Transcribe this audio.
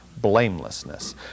blamelessness